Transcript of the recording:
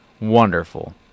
Wonderful